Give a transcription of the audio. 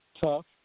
tough